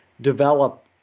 develop